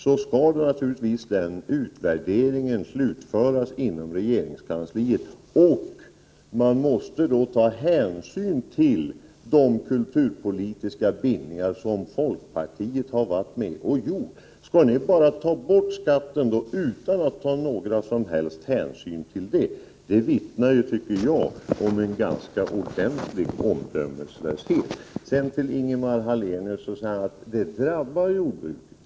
Då skall naturligtvis utvärderingen slutföras inom regeringskans liet, och man måste ta hänsyn till de kulturpolitiska bindningar som folkpartiet har varit med om att göra. Skall ni bara ta bort skatten utan att ta några som helst hänsyn till dessa bindningar? Det vittnar, tycker jag, om en ganska ordentlig omdömeslöshet. Ingemar Hallenius säger att avgifterna drabbar jordbruket.